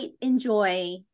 enjoy